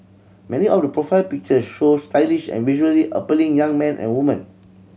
many of the profile pictures show stylish and visually appealing young men and woman